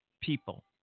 people